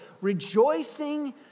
rejoicing